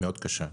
מאוד קשה,